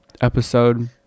episode